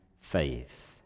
faith